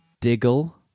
Diggle